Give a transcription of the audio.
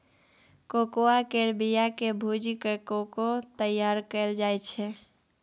cocoa केर बिया केँ भूजि कय कोको तैयार कएल जाइ छै